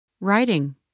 Writing